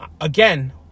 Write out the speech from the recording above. again